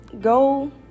Go